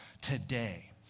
today